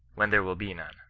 when there will be none.